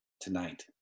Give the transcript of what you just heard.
tonight